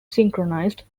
synchronized